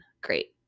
Great